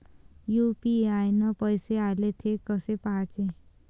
UPI न पैसे आले, थे कसे पाहाचे?